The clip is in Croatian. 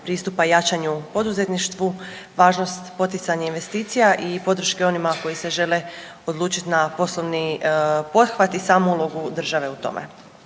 pristupa jačanja u poduzetništvu, važnost poticanja investicija i podrške onima koji se žele odlučiti na poslovni pothvat i samu ulogu države.